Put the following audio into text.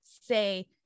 say